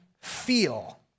feel